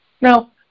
Now